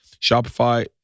Shopify